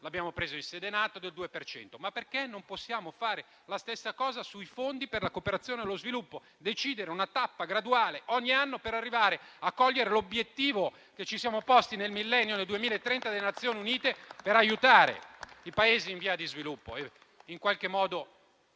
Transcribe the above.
abbiamo preso in sede NATO. Ma perché non possiamo fare la stessa cosa sui fondi per la cooperazione allo sviluppo? Decidere una tappa graduale, ogni anno, per arrivare a cogliere l'obiettivo, che ci siamo posti nell'Agenda 2030 delle Nazioni Unite, per aiutare i Paesi in via di sviluppo e ridare loro